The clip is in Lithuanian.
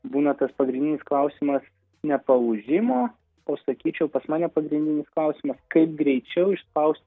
būna tas pagrindinis klausimas ne palūžimo o sakyčiau pas mane pagrindinis klausimas kaip greičiau išspausti